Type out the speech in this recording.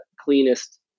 cleanest